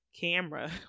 camera